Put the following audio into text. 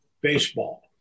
baseball